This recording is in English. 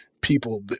people